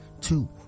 two